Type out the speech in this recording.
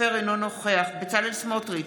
אינו נוכח בצלאל סמוטריץ'